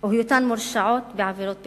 או היותן מורשעות בעבירות ביטחוניות.